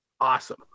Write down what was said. awesome